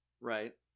Right